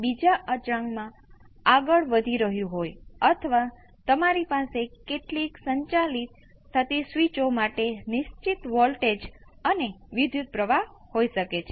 અગત્યની વાત અહીં એ છે ચાલો કહીએ કે V c નો ગુણાંક 1 છે તો પછી આ ગુણાંક ટાઈમ કોંસ્ટંટ છે અને એ એક્સ્પોનેંસિયલના ટાઈમ કોંસ્ટંટ બરાબર છે